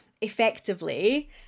effectively